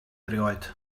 erioed